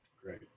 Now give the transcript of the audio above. Great